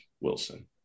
Wilson